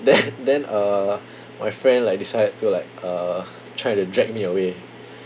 then then uh my friend like decide to like uh try to drag me away